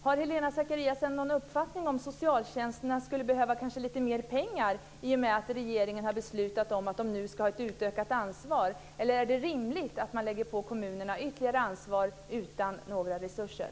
Har Helena Zakariasén någon uppfattning om socialtjänsten kanske skulle behöva lite mer pengar i och med att regeringen har beslutat om att de nu ska ha ett utökat ansvar? Är det rimligt att man lägger på kommunerna ytterligare ansvar utan några resurser?